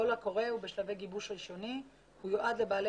הקול קורא הוא בשלבי גיבוש ראשוני והוא יועד לבעלי